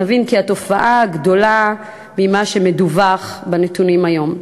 נבין שהתופעה גדולה ממה שמדווח בנתונים היום.